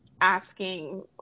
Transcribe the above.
asking